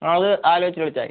ആ അത് ആലോചിച്ചിട്ട് വിളിച്ചാൽ മതി